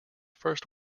first